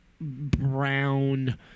brown